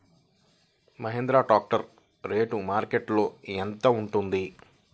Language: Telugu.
మహేంద్ర ట్రాక్టర్ రేటు మార్కెట్లో యెంత ఉంటుంది?